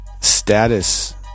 Status